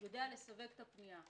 יודע לסווג את הפנייה.